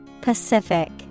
Pacific